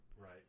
right